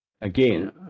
again